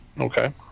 Okay